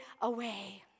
away